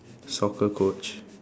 soccer coach